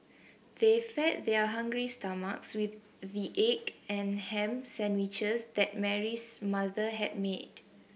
they fed their hungry stomachs with the egg and ham sandwiches that Mary's mother had made